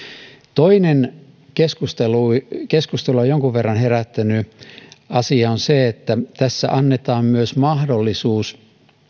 toinen keskustelua jonkun verran herättänyt asia on se että tässä annetaan myös mahdollisuus